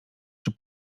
czy